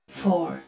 four